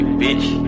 bitch